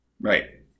Right